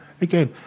again